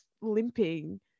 limping